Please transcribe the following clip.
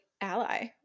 ally